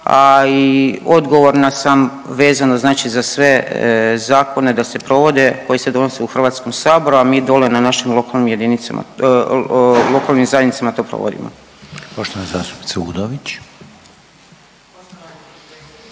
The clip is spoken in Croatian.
a i odgovorna sam vezano znači za sve zakone da se provode koji se donose u HS, a mi dole na našim lokalnim jedinicama, lokalnim